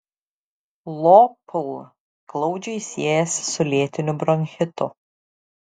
lopl glaudžiai siejasi su lėtiniu bronchitu